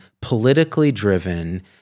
politically-driven